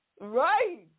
Right